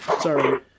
Sorry